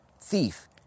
thief